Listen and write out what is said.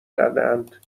کردهاند